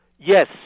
Yes